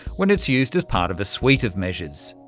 when it's used as part of a suite of measures.